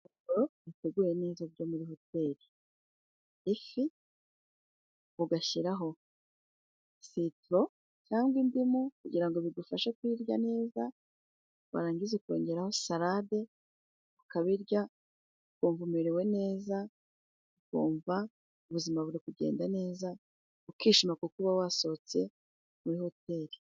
Ifunguro riteguwe neza ryo muri hoteli, ifi ugashiraho sitoro cyangwa indimu kugira ngo bigufashe kuyirya neza. Warangiza ukongeraho salade, ukabirya ukumva umerewe neza, ukumva ubuzima buri kugenda neza, ukishima kuko uba wasohotse muri hoteli.